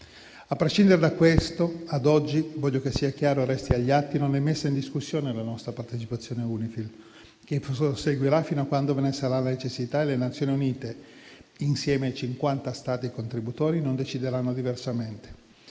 A prescindere da questo, ad oggi - voglio che sia chiaro e che resti agli atti - non è messa in discussione la nostra partecipazione all'UNIFIL, che proseguirà fino a quando ve ne sarà la necessità e fino a quando le Nazioni Unite, insieme ai cinquanta Stati contributori, non decideranno diversamente.